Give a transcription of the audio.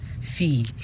fee